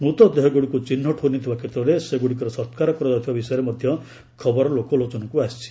ମୃତ ଦେହଗୁଡ଼ିକୁ ଚିହ୍ନଟ ହୋଇନଥିବା କ୍ଷେତ୍ରରେ ସେଗୁଡ଼ିକର ସକ୍କାର କରାଯାଉଥିବା ବିଷୟରେ ମଧ୍ୟ ଖବର ଲୋକଲୋଚନକୁ ଆସିଛି